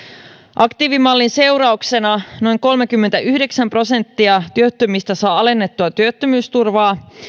aktiivimallin seurauksena noin kolmekymmentäyhdeksän prosenttia työttömistä saa alennettua työttömyysturvaa